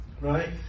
Right